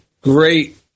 great